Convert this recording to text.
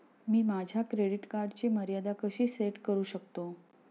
मी माझ्या क्रेडिट कार्डची मर्यादा कशी सेट करू शकतो?